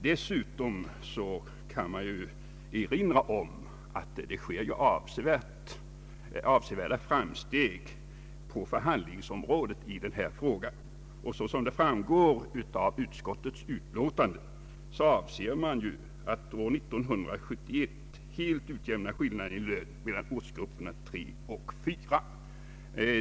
Dessutom kan erinras om att det sker avsevärda framsteg på förhandlingsområdet i den här frågan. Såsom framgår av utskottets utlåtande är avsikten att år 1971 helt utjämna skillnaden i lön mellan ortsgrupperna 3 och 4.